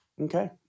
Okay